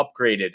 upgraded